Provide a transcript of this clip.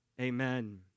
Amen